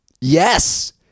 Yes